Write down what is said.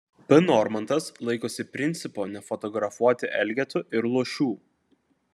p normantas laikosi principo nefotografuoti elgetų ir luošių